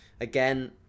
again